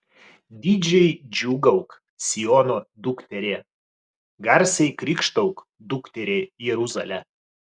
didžiai džiūgauk siono dukterie garsiai krykštauk dukterie jeruzale